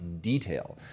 detail